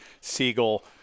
Siegel –